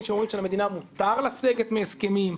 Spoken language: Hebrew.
שאומרים שלמדינה מותר לסגת מהסכמים,